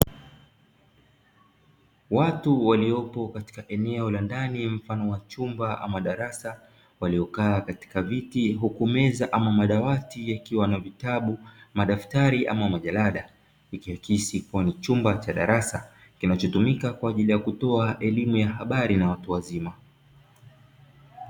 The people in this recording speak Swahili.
Watu waliopo katika eneo la ndani mfano wa chumba ama darasa waliokaa katika viti huku meza ama madawati yakiwa na vitabu, madaftari ama majarada ikiakisi kuwa ni chumba cha darasa kinachotumika kwa ajili ya kutoa elimu ya habari na watu wazima.